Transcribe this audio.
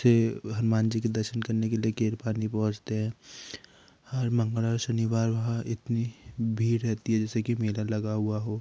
से हनुमान जी के दर्शन करने के लिए केरपानी पहुँचते हैं हर मंगल और शनिवार वहाँ इतनी भीड़ रहती है जैसे कि मेला लगा हुआ हो